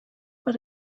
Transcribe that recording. but